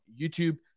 YouTube